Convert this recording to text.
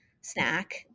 snack